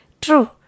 true